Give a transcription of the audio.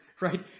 right